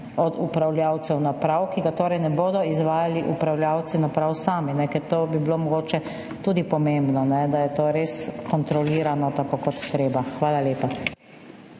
od upravljavcev naprav, ki ga torej ne bodo izvajali upravljavci naprav sami? To bi bilo mogoče tudi pomembno, da je to res kontrolirano tako, kot je treba. Hvala lepa.